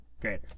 greater